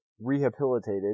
rehabilitated